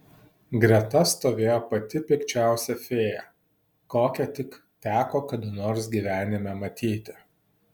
greta stovėjo pati pikčiausia fėja kokią tik teko kada nors gyvenime matyti